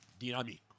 Dinamico